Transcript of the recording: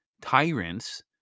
tyrants